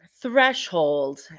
threshold